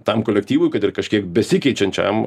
tam kolektyvui kad ir kažkiek besikeičiančiam